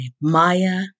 Maya